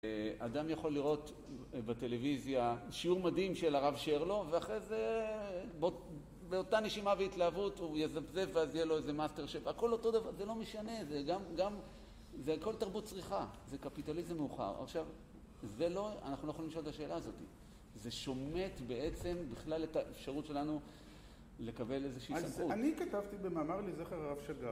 אדם יכול לראות בטלוויזיה שיעור מדהים של הרב שרלו ואחרי זה באותה נשימה והתלהבות הוא יזפזפ ואז יהיה לו איזה מאסטר שף. הכל אותו דבר, זה לא משנה, זה גם, זה הכל תרבות צריכה, זה קפיטליזם מאוחר. עכשיו, זה לא, אנחנו לא יכולים לשאול את השאלה הזאת. זה שומט בעצם בכלל את האפשרות שלנו לקבל איזושהי סמכות. - אז אני כתבתי במאמר לזכר הרב שג"ר